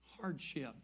hardship